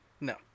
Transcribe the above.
No